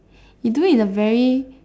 you do it a very